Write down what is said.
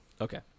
Okay